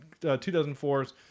2004's